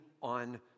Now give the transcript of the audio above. on